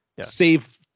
save